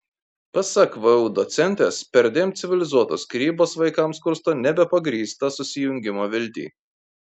pasak vu docentės perdėm civilizuotos skyrybos vaikams kursto nebepagrįstą susijungimo viltį